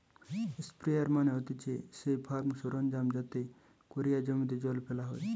sprayer মানে হতিছে সেই ফার্ম সরঞ্জাম যাতে কোরিয়া জমিতে জল ফেলা হয়